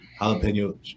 jalapeno